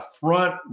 front